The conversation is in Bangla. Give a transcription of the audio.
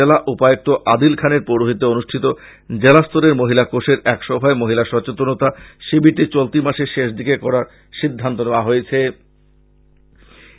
জেলা উপায়ক্ত আদিল খানের পৌরহিত্যে অনুষ্ঠিত জেলা স্তরের মহিলা কোষের এক সভায় মহিলা সচেতনতা শিবিরটি চলতি মাসের শেষদিকে করার সিদ্ধান্ত হয়েছে